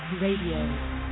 Radio